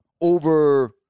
over